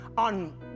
on